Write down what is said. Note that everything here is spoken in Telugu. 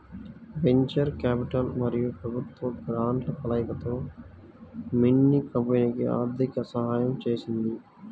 వెంచర్ క్యాపిటల్ మరియు ప్రభుత్వ గ్రాంట్ల కలయికతో మిన్నీ కంపెనీకి ఆర్థిక సహాయం చేసింది